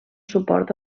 suport